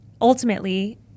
ultimately